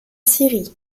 syrie